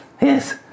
Yes